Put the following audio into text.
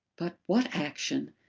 but what action?